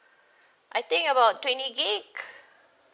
I think about twenty gigabyte